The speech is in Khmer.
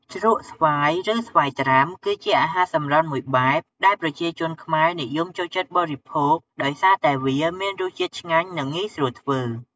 ជ្រក់់ស្វាយ ឬ ស្វាយត្រាំ គឺជាអាហារសម្រន់មួយបែបដែលប្រជាជនខ្មែរនិយមចូលចិត្តបរិភោគដោយសារតែវាមានរសជាតិឆ្ងាញ់ និងងាយស្រួលធ្វើ។